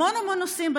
המון המון נושאים התקבלו,